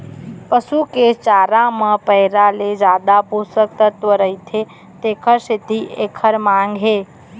पसू के चारा म पैरा ले जादा पोषक तत्व रहिथे तेखर सेती एखर मांग हे